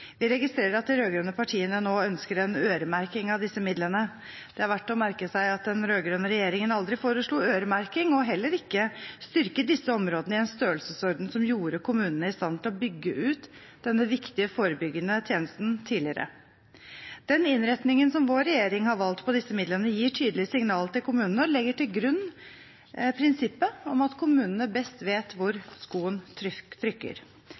Vi registrerer at de rød-grønne partiene nå ønsker en øremerking av disse midlene. Det er verdt å merke seg at den rød-grønne regjeringen aldri foreslo øremerking og heller ikke styrket disse områdene i en størrelsesorden som gjorde kommunene i stand til å bygge ut denne viktige forebyggende tjenesten tidligere. Den innretningen som vår regjering har valgt på disse midlene, gir tydelig signal til kommunene og legger til grunn prinsippet om at kommunene best vet hvor skoen trykker.